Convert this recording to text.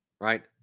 Right